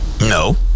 No